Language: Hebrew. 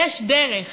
יש דרך